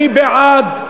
מי שבעד,